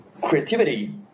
creativity